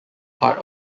part